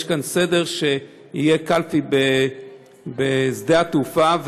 יש כאן הסדר שיהיה קלפי בשדה התעופה,